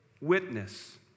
witness